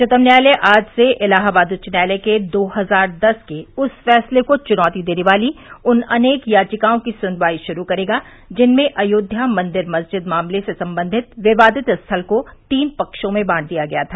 उच्चतम न्यायालय आज से इलाहाबाद उच्च न्यायालय के दो हजार दस के उस फैसले को चुनौती देने वाली उन अनेक याचिकाओं की सुनवाई शुरू करेगा जिनमें अयोध्या मंदिर मस्जिद मामले से संबंधित विवादित स्थल को तीन पक्षों में बांट दिया गया था